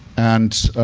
and